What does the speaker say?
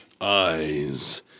EYES